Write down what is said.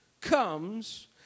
comes